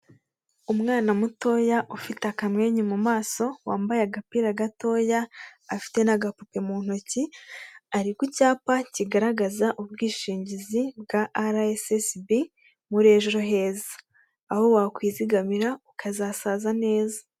Umwana mutoya ufite akamwenyu mu maso wambaye agapira gatoya, afite n'agapupe mu ntoki, ari ku cyapa kigaragaza ubwishingizi bwa araesiesibi muri ejo heza aho wakwizigamira ukazasaza neza.